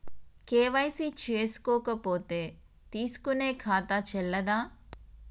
KYC చేసుకోకపోతే తీసుకునే ఖాతా చెల్లదా?